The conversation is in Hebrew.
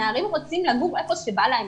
הנערים רוצים לגור איפה שבא להם,